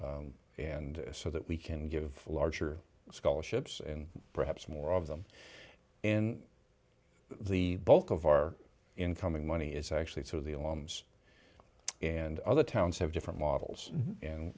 and so that we can give larger scholarships and perhaps more of them in the bulk of our incoming money is actually some of the alarms and other towns have different models